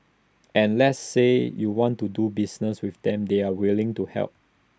and let's say you want to do business with them they are willing to help